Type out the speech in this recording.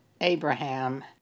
Abraham